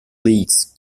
leagues